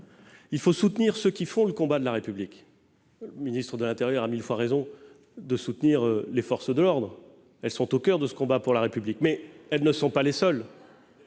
Il faut soutenir ceux qui mènent le combat de la République. Le ministre de l'intérieur a ainsi mille fois raison de soutenir les forces de l'ordre. Elles sont au coeur de ce combat pour la République, mais elles ne sont pas seules